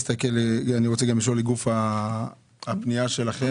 אני רוצה גם לשאול לגוף הפנייה שלכם.